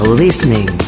listening